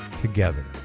together